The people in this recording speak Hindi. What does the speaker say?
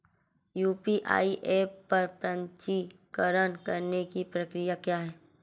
यू.पी.आई ऐप पर पंजीकरण करने की प्रक्रिया क्या है?